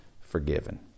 forgiven